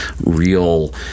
real